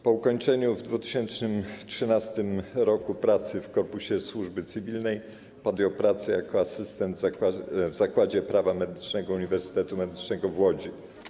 Po ukończeniu w 2013 r. pracy w korpusie służby cywilnej podjął pracę jako asystent w Zakładzie Prawa Medycznego Uniwersytetu Medycznego w Łodzi.